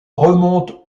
remonte